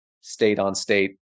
state-on-state